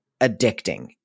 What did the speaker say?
addicting